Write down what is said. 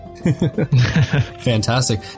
fantastic